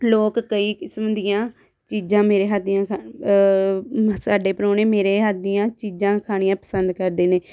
ਲੋਕ ਕਈ ਕਿਸਮ ਦੀਆਂ ਚੀਜ਼ਾਂ ਮੇਰੇ ਹੱਥ ਦੀਆਂ ਖਾ ਸਾਡੇ ਪ੍ਰਾਹੁਣੇ ਮੇਰੇ ਹੱਥ ਦੀਆਂ ਚੀਜ਼ਾਂ ਖਾਣੀਆਂ ਪਸੰਦ ਕਰਦੇ ਨੇ